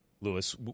Lewis